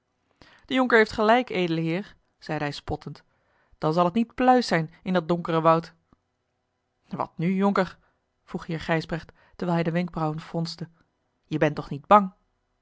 de jonker heeft gelijk edele heer zeide hij spottend dan zal het niet pluis zijn in dat donkere woud wat nu jonker vroeg heer gijsbrecht terwijl hij de wenkbrauwen fronste je bent toch niet bang